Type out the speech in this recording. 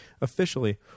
Officially